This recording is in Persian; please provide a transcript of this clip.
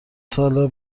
ساله